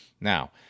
Now